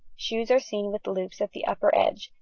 shoes are seen with loops at the upper edge,